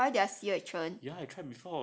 but you got try their sea urchin